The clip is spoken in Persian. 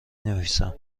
نویسم